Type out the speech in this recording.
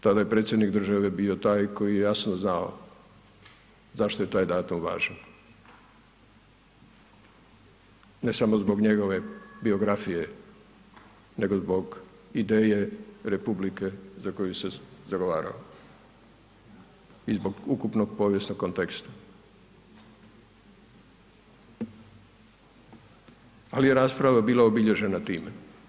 Tada je predsjednik države bio taj koji je jasno znao zašto je taj datum važan, ne samo zbog njegove biografije, nego zbog ideje republike za koju se zagovarao i zbog ukupnog povijesnog konteksta, ali je rasprava bila obilježena time.